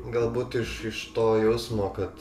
galbūt iš iš to jausmo kad